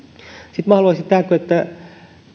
sitten minä haluaisin sanoa tähän että